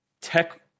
tech